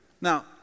Now